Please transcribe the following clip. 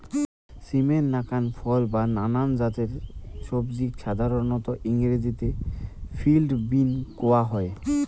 সিমের নাকান ফল বা নানান জাতের সবজিক সাধারণত ইংরাজিত ফিল্ড বীন কওয়া হয়